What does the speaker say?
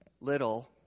little